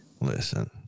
Listen